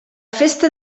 festa